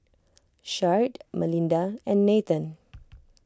Sharde Melinda and Nathen